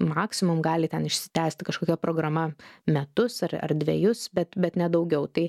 maksimum gali ten išsitęsti kažkokia programa metus ar ar dvejus bet bet ne daugiau tai